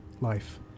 life